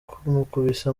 bamukubise